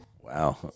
Wow